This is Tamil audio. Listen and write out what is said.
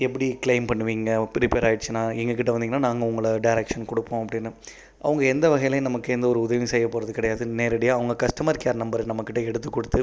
எப்படி க்ளைம் பண்ணுவீங்க ரிப்பேர் ஆகிடுச்சினா எங்ககிட்டே வந்தீங்கன்னா நாங்கள் உங்களை டேரக்ஷன் கொடுப்போம் அப்படினு அவங்க எந்த வகையிலியும் நமக்கு எந்த ஒரு உதவியும் செய்ய போகிறது கிடையாது நேரடியாக அவங்க கஸ்டமர் கேர் நம்பர் நம்மகிட்டே எடுத்து கொடுத்து